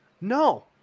No